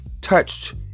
touched